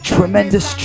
Tremendous